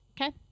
Okay